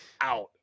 out